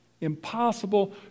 impossible